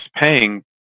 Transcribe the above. paying